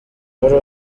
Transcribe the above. wari